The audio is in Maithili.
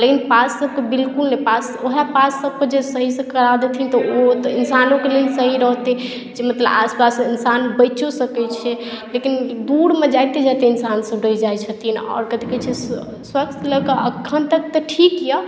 लेकिन पासके तऽ बिलकुल पास वएह पास सबके जे सहीसँ करा देथिन तऽ ओ तऽ इंसानोके लिये सही रहितइ जे मतलब आसपास इंसान बैचो सकय छै लेकिन दूरमे जाइते जाइते इंसान सब रहि जाइ छथिन आओर कतहु किछु स्वास्थ्य लअके एखन तक तऽ ठीक यऽ